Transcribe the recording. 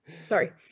Sorry